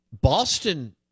Boston